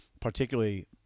Particularly